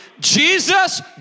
Jesus